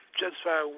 justify